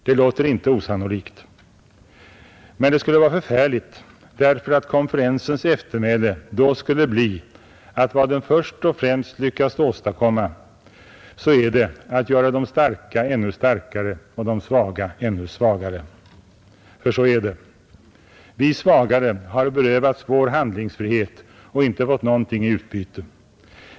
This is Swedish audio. Det låter inte osannolikt. Men det skulle vara förfärligt, därför att konferensens eftermäle då skulle bli, att vad den först och främst lyckats med var att göra de starka ännu starkare och de svaga ännu svagare. För så är det. Vi svagare har berövats vår handlingsfrihet och inte fått någonting i utbyte.